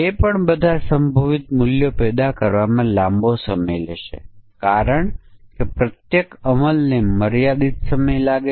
તેથી મૂળભૂત રીતે તે પ્રદર્શિત કરે છે કે શું તે સ્કૂલ ક્વોલિફાઇડ UG અથવા PG